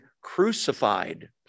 crucified